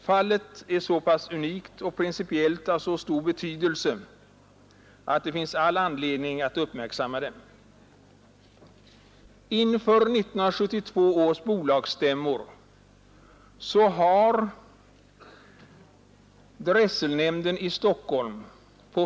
Fallet är så pass unikt och principiellt av så stor betydelse att det finns all anledning att uppmärksamma det.